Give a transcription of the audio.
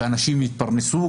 שאנשים יתפרסו,